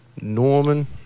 Norman